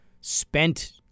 spent